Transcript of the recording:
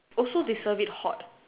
also they serve it hot